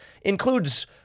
includes